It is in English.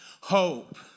hope